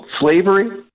slavery